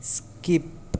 skip